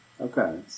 Okay